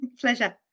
Pleasure